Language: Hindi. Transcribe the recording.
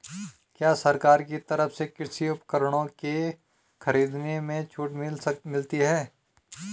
क्या सरकार की तरफ से कृषि उपकरणों के खरीदने में छूट मिलती है?